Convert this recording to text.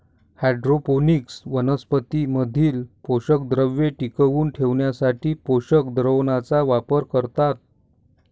hydroponics वनस्पतीं मधील पोषकद्रव्ये टिकवून ठेवण्यासाठी पोषक द्रावणाचा वापर करतात